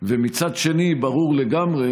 ומצד שני, ברור לגמרי